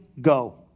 Go